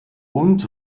und